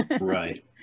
Right